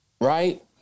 right